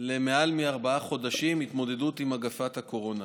למעלה מארבעה חודשים בהתמודדות עם מגפת הקורונה.